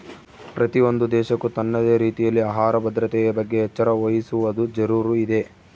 ಪ್ರತಿಯೊಂದು ದೇಶಕ್ಕೂ ತನ್ನದೇ ರೀತಿಯಲ್ಲಿ ಆಹಾರ ಭದ್ರತೆಯ ಬಗ್ಗೆ ಎಚ್ಚರ ವಹಿಸುವದು ಜರೂರು ಇದೆ